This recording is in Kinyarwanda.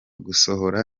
gusohora